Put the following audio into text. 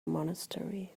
monastery